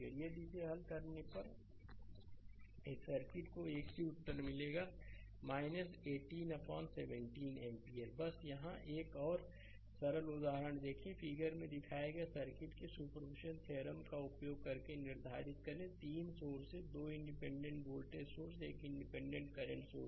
यदि इसे हल करने पर इस सर्किट को एक ही उत्तर मिलेगा 18 अपान 17 एम्पीयर बस यहां एक और एक सरल उदाहरण देखेंफिगर में दिखाए गए सर्किट के सुपरपोजिशन थ्योरम का उपयोग करके निर्धारित करें 3 सोर्स 2 इंडिपेंडेंट वोल्टेज सोर्स एक इंडिपेंडेंट करंट सोर्स हैं